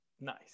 Nice